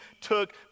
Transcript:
took